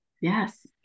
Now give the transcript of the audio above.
yes